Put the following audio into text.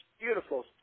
beautiful